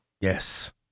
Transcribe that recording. Yes